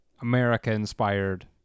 America-inspired